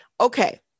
okay